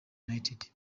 united